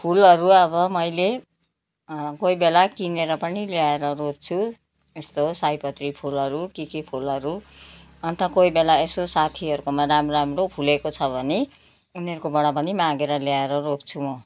फुलहरू अब मैले कोही बेला किनेर पनि ल्याएर रोप्छु यस्तो सयपत्री फुलहरू के के फुलहरू अन्त कोही बेला यसो साथीहरूकोमा राम्रो राम्रो फुलेको छ भने उनीहरूकोबाट पनि मागेर ल्याएर रोप्छु म